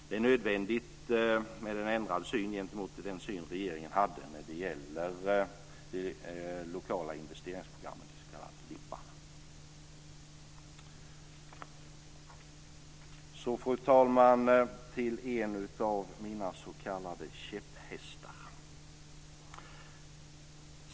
Det är nödvändigt med en ändrad syn gentemot den syn regering hade när det gäller de lokala investeringsprogrammen, de s.k. LIP:arna. Fru talman! Jag går över till en av mina s.k. käpphästar.